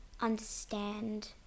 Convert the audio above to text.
understand